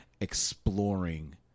exploring